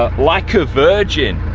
ah like a virgin.